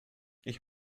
ich